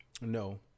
No